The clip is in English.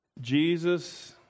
Jesus